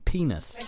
Penis